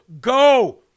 go